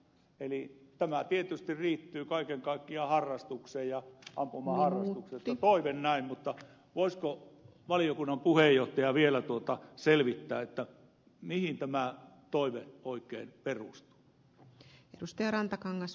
eli tämä toive tietysti liittyy kaiken kaikkiaan harrastukseen ja ampumaharrastukseen mutta voisiko valiokunnan puheenjohtaja vielä selvittää mihin tämä toive oikein perustuu